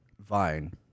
vine